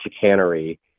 chicanery